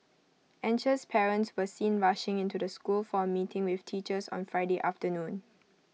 anxious parents were seen rushing into the school for A meeting with teachers on Friday afternoon